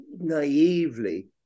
Naively